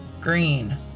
Green